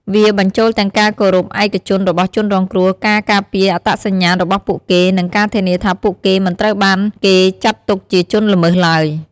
វាបញ្ចូលទាំងការគោរពភាពឯកជនរបស់ជនរងគ្រោះ ការការពារអត្តសញ្ញាណរបស់ពួកគេ និងការធានាថាពួកគេមិនត្រូវបានគេចាត់ទុកជាជនល្មើសឡើយ។